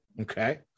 Okay